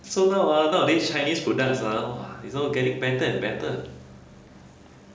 so now ha nowadays chinese products !huh! !wah! is all getting better and better